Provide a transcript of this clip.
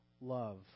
love